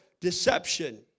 deception